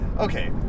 Okay